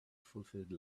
fulfilled